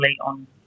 on